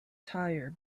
tire